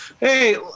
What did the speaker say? Hey